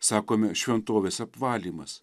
sakome šventovės apvalymas